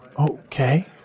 Okay